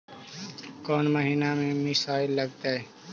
कौन महीना में मिसाइल लगते हैं?